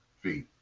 feet